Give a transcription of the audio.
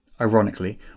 Ironically